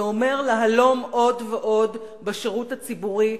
זה אומר להלום עוד ועוד בשירות הציבורי,